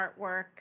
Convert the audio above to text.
artwork